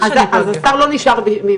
אז השר לא נשאר?